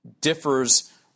differs